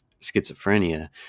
schizophrenia